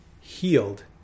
healed